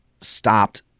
stopped